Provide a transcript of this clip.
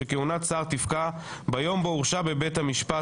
שכהונת שר תפקע ביום בו הורשע בבית המשפט